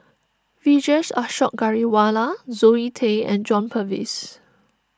Vijesh Ashok Ghariwala Zoe Tay and John Purvis